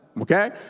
Okay